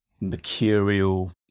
mercurial